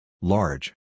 Large